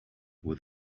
with